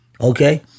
Okay